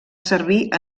servir